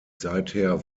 seither